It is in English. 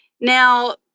Now